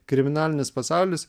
kriminalinis pasaulis